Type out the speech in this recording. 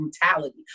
brutality